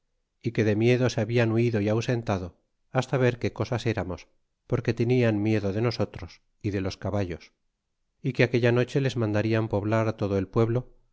ti que de miedo se hablan huido ti ausentado hasta ver qué cosas eramos porque tenian miedo de nosotros y de los caballos ti que aquella noche les mandarian poblar todo el pueblo